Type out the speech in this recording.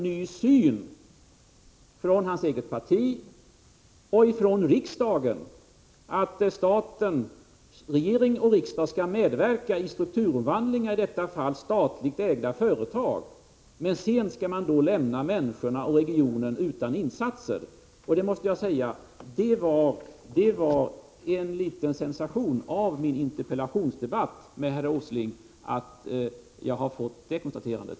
ny syn från Nils G. Åslings eget parti och från riksdagen, som innebär att staten, regering och riksdag, skall medverka i strukturomvandlingar, i detta fall i statligt ägda företag, men sedan skall lämna människorna och regionen utan insatser. Jag måste säga att det var en liten sensation i min interpella tionsdebatt med herr Åsling att jag har fått det konstaterandet.